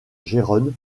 gérone